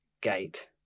gate